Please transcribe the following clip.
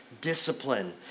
discipline